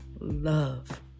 love